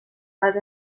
els